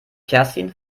kerstin